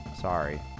sorry